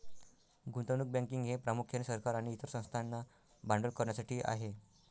गुंतवणूक बँकिंग हे प्रामुख्याने सरकार आणि इतर संस्थांना भांडवल करण्यासाठी आहे